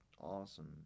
awesome